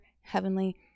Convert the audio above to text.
heavenly